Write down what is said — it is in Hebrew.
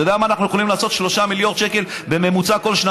אתה יודע מה אנחנו יכולים לעשות ב-3 מיליארד שקל,